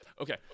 Okay